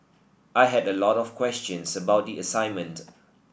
I had a lot of questions about the assignment